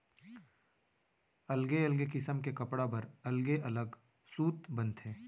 अलगे अलगे किसम के कपड़ा बर अलगे अलग सूत बनथे